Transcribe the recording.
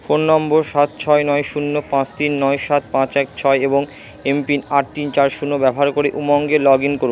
phone number সাত ছয় নয় শূন্য পাঁচ তিন নয় সাত পাঁচ এক ছয় এবং এমপিন আট তিন চার শূন্য ব্যবহার করে উমঙ্গে লগইন করুন